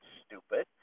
stupid